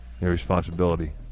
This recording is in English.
Irresponsibility